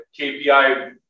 KPI